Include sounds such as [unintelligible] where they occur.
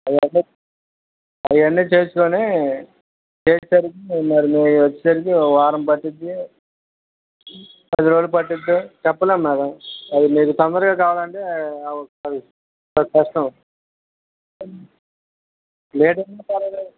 అవి వచ్చేసి అవన్నీ చేసుకుని [unintelligible] మరి మీకు వచ్చేసరికి ఒక వారం పడుతుంది పది రోజులు పడుతుందో చెప్పలేము మేడం అది మీకు తొందరగా కావాలంటే అవ్వదు కొద్దిగా కష్టం లేట్ అయినా పర్వాలేదంటే